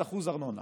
0% ארנונה.